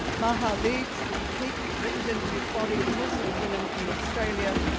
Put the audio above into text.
maha leads the peak representative body of muslim women in australia,